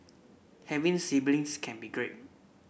having siblings can be great